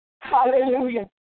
Hallelujah